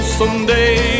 someday